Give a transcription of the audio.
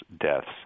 deaths